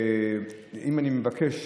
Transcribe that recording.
אם אני מבקש